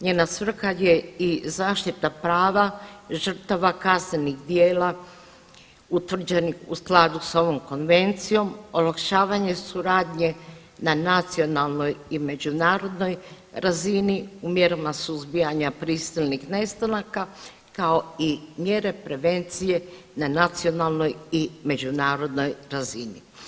Njena svrha je i zaštita prava žrtava kaznenih djela utvrđenih u skladu sa ovom konvencijom, olakšavanje suradnje na nacionalnoj i međunarodnoj razini u mjerama suzbijanja prisilnih nestanaka kao i mjere prevencije na nacionalnoj i međunarodnoj razini.